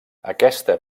aquesta